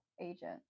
Agent